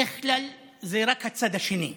בדרך כלל זה רק הצד השני.